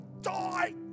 die